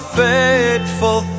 fateful